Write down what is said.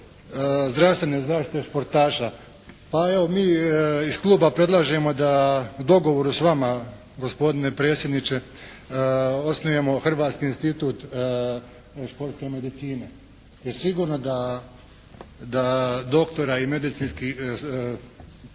zdravstvene zaštite športaša. Pa evo mi iz kluba predlažemo da u dogovoru s vama gospodine predsjedniče osnujemo Hrvatski institut športske medicine jer sigurno da doktora i medicinskog